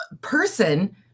person